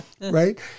Right